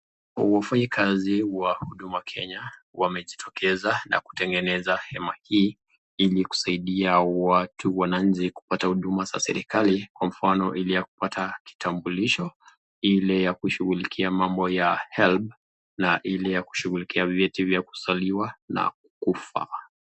Wafanyikazi wa Huduma Kenya wamejitokeza na kutengeneza hema hii ili kusaidia watu wananchi kupata huduma za serikali kwa mfano ile ya kupata kitambulisho, ile kushughulikia mambo ya Helb na ile ya kushughulikia vyeti vya kuzaliwa na kufa.